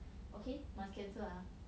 okay must cancel ah